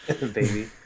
baby